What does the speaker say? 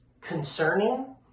concerning